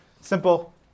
simple